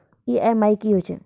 EMI कि होय छै?